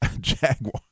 Jaguar